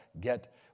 get